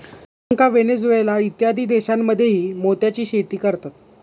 Sri Lanka, Venezuela इत्यादी देशांमध्येही मोत्याची शेती करतात